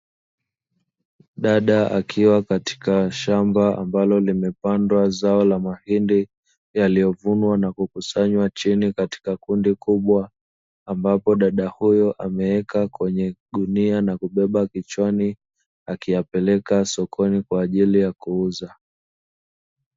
Dada akiwa katika shamba ambalo limepandwa zao la mahindi yaliyovunwa na kukusanywa chini katika kundi kubwa, ambapo dada huyo ameweka kwenye gunia na kuyaweka kichwani akiyapeleka sokoni kwa ajili ya kuuza.